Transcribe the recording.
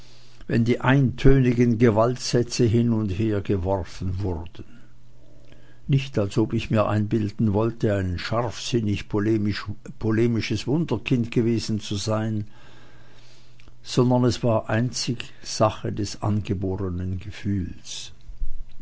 wenn die eintönigen gewaltsätze hin und hergeworfen wurden nicht als ob ich mir einbilden wollte ein scharfsinnig polemisches wunderkind gewesen zu sein sondern es war einzig sache des angeborenen gefühles